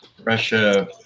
Russia